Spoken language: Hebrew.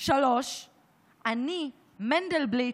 3. אני, מנדלבליט,